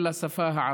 לא,